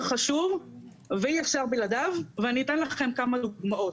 חשוב ואי אפשר בלעדיו ואני אתן לכם כמה דוגמאות.